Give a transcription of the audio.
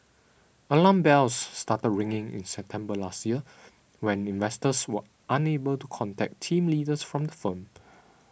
alarm bells started ringing in September last year when investors were unable to contact team leaders from the firm